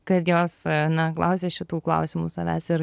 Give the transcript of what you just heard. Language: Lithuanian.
kad jos na klausia šitų klausimų savęs ir